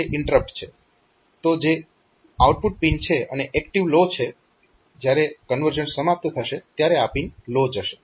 તો જે output pin છે અને એક્ટીવ લો છે જ્યારે કન્વર્ઝન સમાપ્ત થશે ત્યારે આ પિન લો જશે